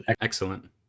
excellent